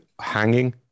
hanging